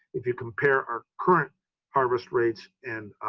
if you compare our current harvest rates and